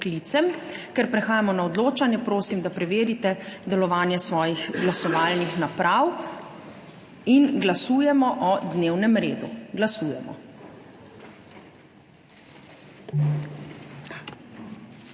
Ker prehajamo na odločanje, prosim, da preverite delovanje svojih glasovalnih naprav. In glasujemo o dnevnem redu. Glasujemo.